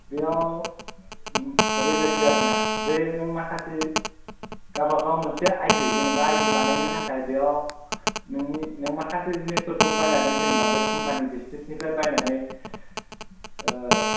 बेयाव ओरैबायदि आरोना बे नों माखासे गाबा गाव मोनसे आयदि जेनोबा आयदि बानायनो थाखाय बेव नोंनि नों माखासे जिनिसफोरखौ बायनानै जेनोबा बे कम्पानी बिसतिसनिफ्राय बायनानै